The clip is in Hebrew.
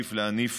מעדיף להניף